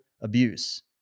abuse